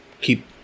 keep